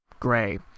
gray